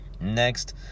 Next